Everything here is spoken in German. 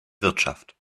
wirtschaft